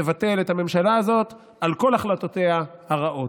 תבטל את הממשלה הזאת על כל החלטותיה הרעות.